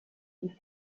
die